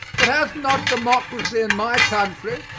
but has not democracy in my country,